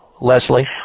Leslie